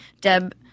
Deb